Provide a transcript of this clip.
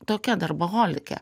tokia darboholikė